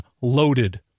loaded